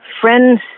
friends